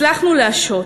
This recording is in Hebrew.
הצלחנו להשהות.